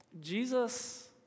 Jesus